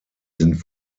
sind